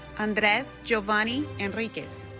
andres jovany enriquez